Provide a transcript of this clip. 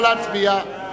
נא להצביע.